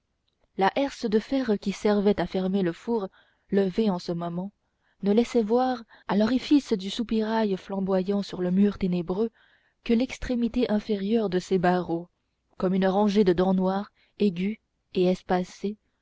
la herse de fer qui servait à fermer le four levée en ce moment ne laissait voir à l'orifice du soupirail flamboyant sur le mur ténébreux que l'extrémité inférieure de ses barreaux comme une rangée de dents noires aiguës et espacées